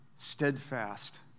Steadfast